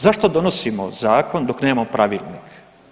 Zašto donosimo zakon dok nemamo pravilnik.